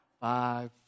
five